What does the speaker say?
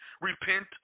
repent